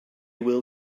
will